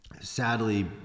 sadly